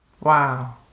wow